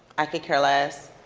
i could care less.